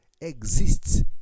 exists